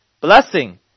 blessing